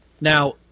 Now